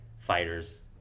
fighters